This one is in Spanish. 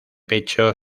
pecho